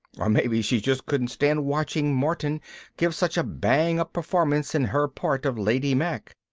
or maybe she just couldn't stand watching martin give such a bang-up performance in her part of lady mack.